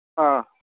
ꯑꯥ